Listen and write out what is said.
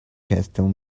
castle